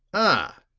ah,